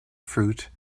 fruit